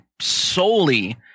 solely